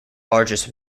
largest